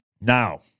Now